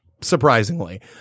surprisingly